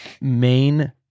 main